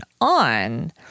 on